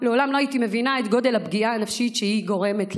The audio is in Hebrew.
לעולם לא הייתי מבינה את גודל הפגיעה הנפשית שהיא גורמת.